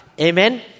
Amen